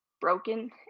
broken